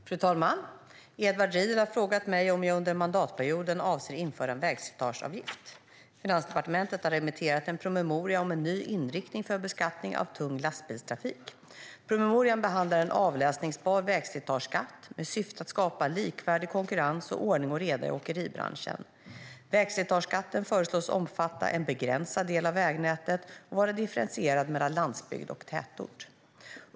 Fru talman! Edward Riedl har frågat mig om jag under mandatperioden avser att införa en vägslitageavgift. Finansdepartementet har remitterat en promemoria om en ny inriktning för beskattning av tung lastbilstrafik. Promemorian behandlar en avläsbar vägslitageskatt med syfte att skapa likvärdig konkurrens och ordning och reda i åkeribranschen. Vägslitageskatten föreslås omfatta en begränsad del av vägnätet och vara differentierad mellan landsbygd och tätort.